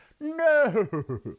No